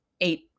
eight